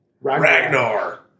Ragnar